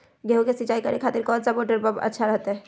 गेहूं के सिंचाई करे खातिर कौन सा मोटर पंप अच्छा रहतय?